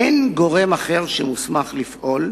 אין גורם אחר שמוסמך לפעול,